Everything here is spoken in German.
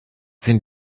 sind